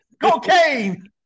Cocaine